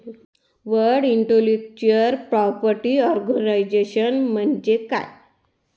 World intellectual property organisation म्हणजे काय?